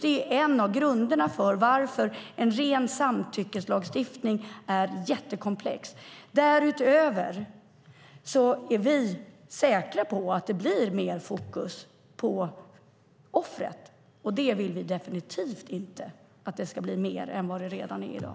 Det är en av orsakerna till att en ren samtyckeslagstiftning är jättekomplex. Därutöver är vi säkra på att det blir mer fokus på offret, och vi vill definitivt inte att det ska bli mer fokus på offret än vad det redan är i dag.